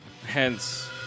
hence